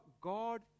God